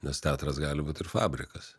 nes teatras gali būt ir fabrikas